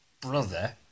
brother